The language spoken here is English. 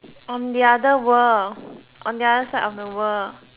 on the other world on the other side of the world